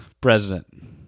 president